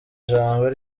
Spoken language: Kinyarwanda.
ijambo